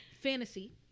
Fantasy